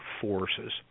forces